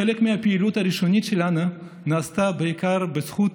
חלק מהפעילות הראשונית שלנו נעשתה בעיקר בזכות